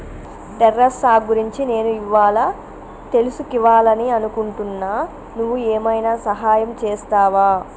terrace సాగు గురించి నేను ఇవ్వాళా తెలుసుకివాలని అనుకుంటున్నా నువ్వు ఏమైనా సహాయం చేస్తావా